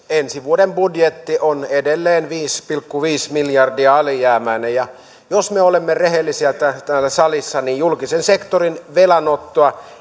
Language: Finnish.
ensi vuoden budjetti on edelleen viisi pilkku viisi miljardia alijäämäinen ja jos me olemme rehellisiä täällä salissa niin julkisen sektorin velanottoa